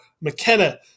McKenna